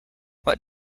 what